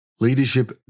Leadership